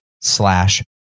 slash